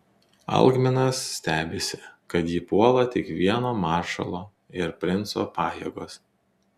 algminas stebisi kad jį puola tik vieno maršalo ir princo pajėgos